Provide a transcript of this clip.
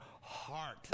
heart